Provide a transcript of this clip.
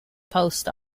post